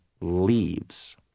leaves